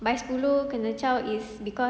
by sepuluh kena chao is cause